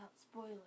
spoilers